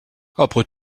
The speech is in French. après